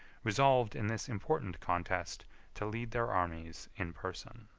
resolved in this important contest to lead their armies in person.